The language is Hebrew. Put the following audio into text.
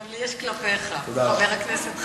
גם לי יש כלפיך, חבר הכנסת חסון.